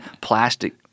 plastic –